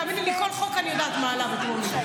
תאמיני לי, כל חוק, אני יודעת מה עלה בטרומית.